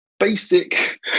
basic